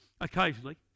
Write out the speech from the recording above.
occasionally